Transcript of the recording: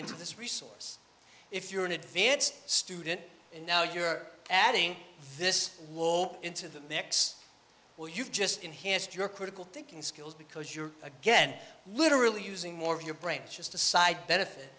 into this resource if you're an advanced student and now you're adding this into the mix or you've just enhanced your critical thinking skills because you're again literally using more of your brain just a side benefit